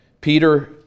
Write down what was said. Peter